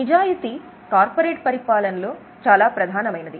నిజాయితీ కార్పొరేట్ పరిపాలన లో చాలా ప్రధానమైనది